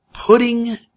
putting